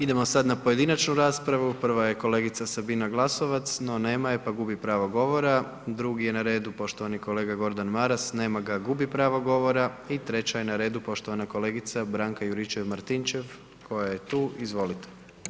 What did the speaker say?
Idemo sad na pojedinačnu raspravu, prva je kolegica Sabina Glasovac no nema je pa gubi pravo govora, drugi je na redu poštovani kolega Gordan Maras, nema ga, gubi pravo govora i treća je na redu poštovana kolegica Branko Juričev Martinčev koja je tu, izvolite.